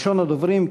ראשון הדוברים,